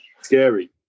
scary